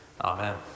Amen